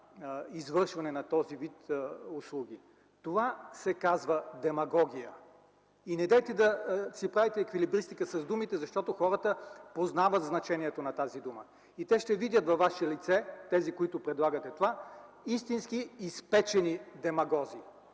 на извършване на този вид услуги. Това се казва демагогия! И недейте да си правите еквилибристика с думите, защото хората знаят значението на тази дума и те ще видят във ваше лице – тези, които предлагате това, истински изпечени демагози.